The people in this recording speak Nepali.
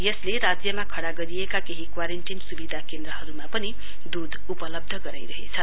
यसले राज्यमा खड़ा गरिएका केही क्वारेन्टीन सुविधा केन्द्रहरूमा दूध उपलब्ध गराइरहेछ